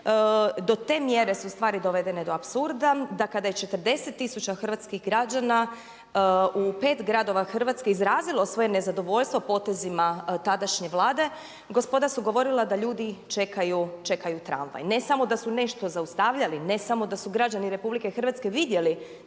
Do te mjere su stvari dovedene do apsurda da kada je 40 tisuća hrvatskih građana u 5 gradova Hrvatske izrazilo svoje nezadovoljstvo potezima tadašnje Vlade gospoda su govorila da ljudi čekaju …/Govornik se ne razumije./.... Ne samo da su nešto zaustavljali, ne samo da su građani Republike Hrvatske vidjeli